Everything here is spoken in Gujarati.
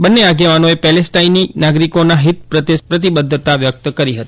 બંને આગેવાનોએ પેલેસ્ટીની નાગરિકોના હીત પ્રત્યે પ્રતિબદ્વતા વ્યક્ત કરી હતી